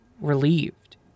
relieved